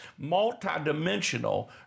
multidimensional